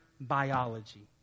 biology